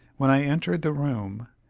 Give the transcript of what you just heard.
when i entered the room,